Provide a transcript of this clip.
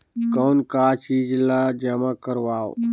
कौन का चीज ला जमा करवाओ?